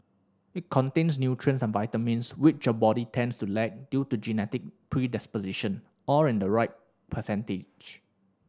it contains nutrients and vitamins which your body tends to lack due to genetic predispositions all in the right percentage